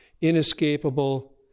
inescapable